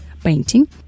painting